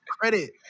credit